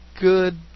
good